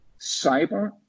Cyber